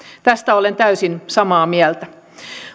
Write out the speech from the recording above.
tästä olen täysin samaa mieltä